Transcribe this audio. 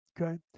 Okay